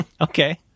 Okay